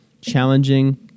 challenging